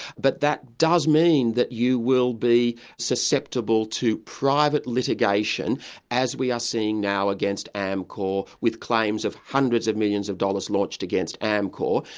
but that does mean that you will be susceptible to private litigation as we are seeing now against amcor with claims of hundreds of millions of dollars launched against amcor.